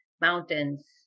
mountains